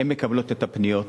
הן המקבלות את הפניות.